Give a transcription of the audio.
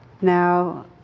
now